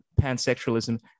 pansexualism